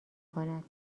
کند